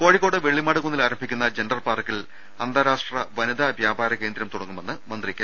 കോഴിക്കോട് വെള്ളിമാട് കുന്നിൽ ആരംഭിക്കുന്ന ജെൻഡർ പാർക്കിൽ അന്താരാഷ്ട്ര വനിതാ വ്യാപാര കേന്ദ്രം തുട ങ്ങുമെന്ന് മന്ത്രി കെ